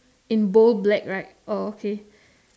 in bold black right oh okay